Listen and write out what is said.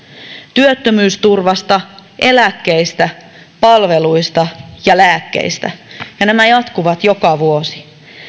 työttömyysturvasta eläkkeistä palveluista ja lääkkeistä ja nämä jatkuvat joka vuosi